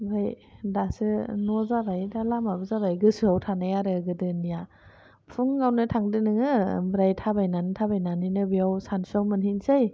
आमफाय दासो न' जाबाय दा लामाबो जाबाय गोसोआव थानाय आरो गोदोनिआ फुंआवनो थांदो नोङो ओमफ्राइ थाबायनानै थाबायनानैनो बेयाव सानसुआव मोनहैनसै